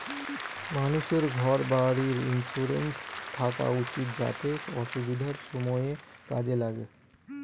মানুষের ঘর বাড়ির ইন্সুরেন্স থাকা উচিত যাতে অসুবিধার সময়ে কাজে লাগে